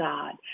God